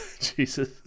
Jesus